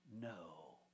no